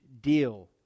deal